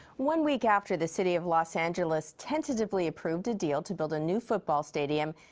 one week after the city of los angeles tentatively approved a deal to build a new football stadium.